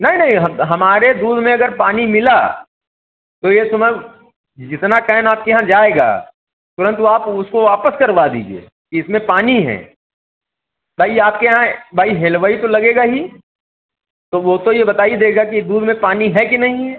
नहीं नहीं हमारे दूध में अगर पानी मिला तो यह समान जितना कैन आपके यहाँ जाएगा तुरंत वह आप उसको वापस करवा दीजिए कि इसमें पानी है भाई आपके यहाँ यह भाई हलवाई तो लगेगा ही तो वह तो यह बता हि देगा कि दूध में पानी है कि नहीं है